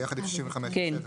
יחד עם 65. בסדר.